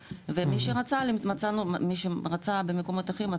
נכון ומי שרצה במקומות אחרים,